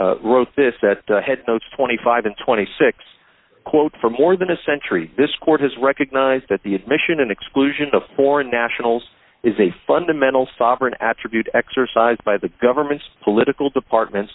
case wrote this that had twenty five and twenty six quote for more than a century this court has recognized that the admission and exclusion of foreign nationals is a fundamental sovereign attribute exercised by the government political departments